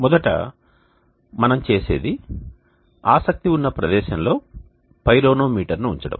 మొదట మనం చేసేది ఆసక్తి ఉన్న ప్రదేశంలో పైరోనోమీటర్ను ఉంచడం